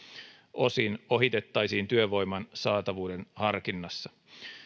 osin ohitettaisiin työvoiman saatavuuden harkinnassa